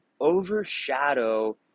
overshadow